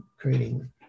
creating